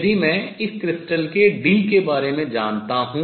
यदि मैं इस क्रिस्टल के d के बारे में जानता हूँ